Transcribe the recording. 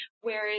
Whereas